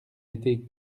été